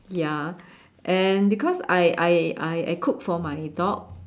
ya and because I I I I cook for my dog